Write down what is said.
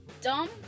dumb